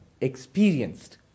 experienced